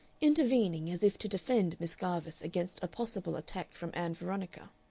intervening as if to defend miss garvice against a possible attack from ann veronica.